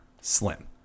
slim